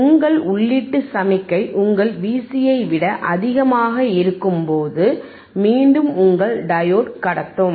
உங்கள் உள்ளீட்டு சமிக்ஞை உங்கள் Vc யை விட அதிகமாக இருக்கும்போது மீண்டும் உங்கள் டையோடு கடத்தும்